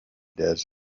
desert